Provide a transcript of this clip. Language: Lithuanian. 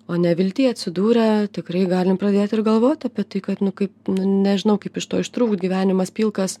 o nevilty atsidūrę tikrai galim pradėt ir galvot apie tai kad nu kai nu nežinau kaip iš to ištrūkt gyvenimas pilkas